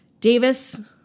Davis